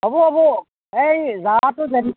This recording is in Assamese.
হ'ব হ'ব এই যাৱাটো